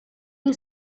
you